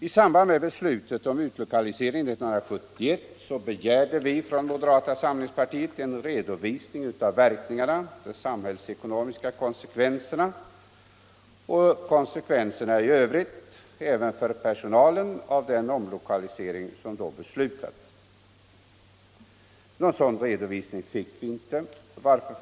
I samband med beslutet om omlokalisering 1971 begärde moderata samlingspartiet en redovisning av såväl de samhällsekonomiska verkningarna som konsekvenserna i övrigt — även för personalen —- av den omlokalisering som då beslutades. Någon sådan redovisning fick vi inte.